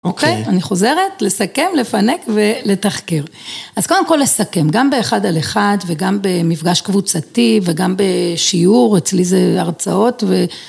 אוקיי, אני חוזרת, לסכם, לפנק ולתחקר. אז קודם כל לסכם, גם באחד על אחד וגם במפגש קבוצתי וגם בשיעור, אצלי זה הרצאות, ו...